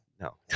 no